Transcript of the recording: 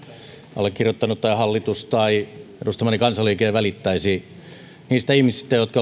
allekirjoittanut tai hallitus tai edustamani kansanliike ei välittäisi niistä ihmisistä jotka